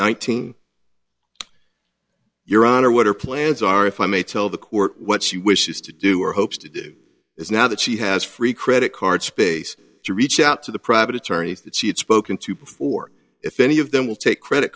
nineteen your honor what her plans are if i may tell the court what she wishes to do or hopes to do is now that she has free credit card space to reach out to the private attorneys that she had spoken to before if any of them will take credit